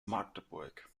magdeburg